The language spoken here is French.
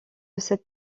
cette